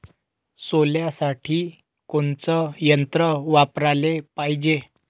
सोल्यासाठी कोनचं यंत्र वापराले पायजे?